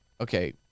okay